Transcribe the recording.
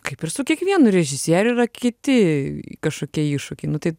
kaip ir su kiekvienu režisieriu yra kiti kažkokie iššūkiai nu tai